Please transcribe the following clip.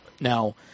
Now